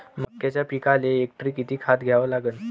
मक्याच्या पिकाले हेक्टरी किती खात द्या लागन?